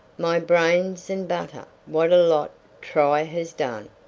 my brains and butter! what a lot try has done,